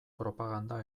propaganda